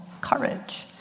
courage